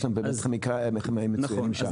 יש להם באמת כימאים מצוינים שם.